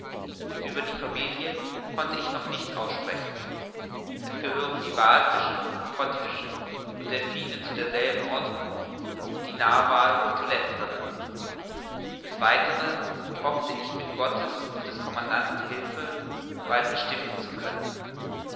ueber die familie konnte ich mich noch nicht aussprechen es gehören die wallfische pottfische und delphine zu derselben ordnung und die narwal zu letzteren das weitere hoffte ich mit gottes und des commandanten hilfe bald bestimmen zu können